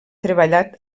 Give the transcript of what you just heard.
treballat